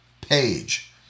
page